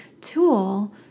tool